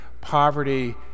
poverty